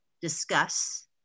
discuss